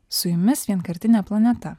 su jumis vienkartinė planeta